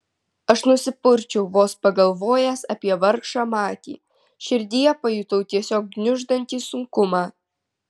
aš nusipurčiau vos pagalvojęs apie vargšą matį širdyje pajutau tiesiog gniuždantį sunkumą